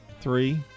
Three